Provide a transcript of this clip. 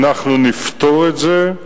אנחנו נפתור את זה.